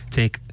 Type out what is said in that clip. take